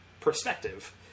perspective